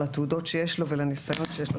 לתעודות ולניסיון שיש לו.